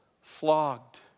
flogged